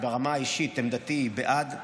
ברמה האישית עמדתי היא בעד.